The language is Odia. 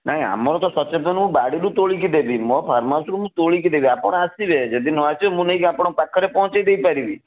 ନାଇଁ ଆମର ତ ସତେଜ ମୁଁ ବାଡ଼ିରୁ ତୋଳିକି ଦେବି ମୋ ଫାର୍ମ ହାଉସରୁ ମୁଁ ତୋଳିକି ଦେବି ଆପଣ ଆସିବେ ଯଦି ନ ଆସିବେ ମୁଁ ନେଇକି ଆପଣଙ୍କ ପାଖରେ ପହଞ୍ଚାଇଦେଇ ପାରିବି